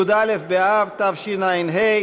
י"א באב תשע"ה,